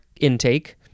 intake